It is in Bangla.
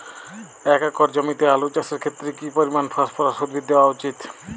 এক একর জমিতে আলু চাষের ক্ষেত্রে কি পরিমাণ ফসফরাস উদ্ভিদ দেওয়া উচিৎ?